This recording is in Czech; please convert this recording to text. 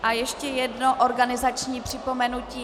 A ještě jedno organizační připomenutí.